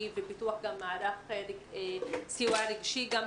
פחד מאוד גדול כשאין אמון.